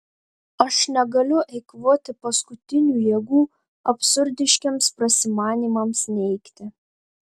aš negaliu eikvoti paskutinių jėgų absurdiškiems prasimanymams neigti